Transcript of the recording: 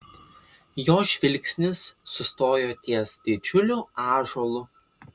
jo žvilgsnis sustojo ties didžiuliu ąžuolu